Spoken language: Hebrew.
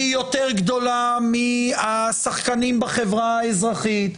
והיא יותר גדולה מהשחקנים בחברה האזרחית,